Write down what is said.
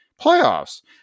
Playoffs